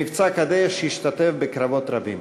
במבצע "קדש" השתתף בקרבות רבים.